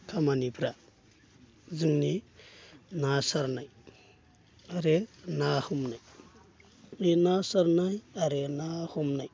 खामानिफ्रा जोंनि ना सारनाय आरो ना हमनाय बे ना सारनाय आरो ना हमनाय